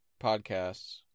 podcasts